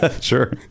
Sure